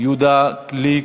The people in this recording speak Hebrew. יהודה גליק,